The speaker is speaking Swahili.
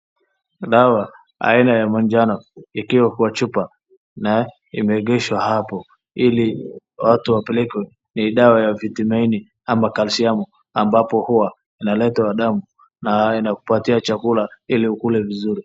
Dawa aina ya manjano ikiwa kwa chupa na imegeshwa hapo ili watu wapelekwe. Ni dawa ya vitamini ama kalsiamu ambapo huwa inaleta damu na inakupatia chakula ili ukule vizuri.